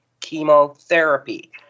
chemotherapy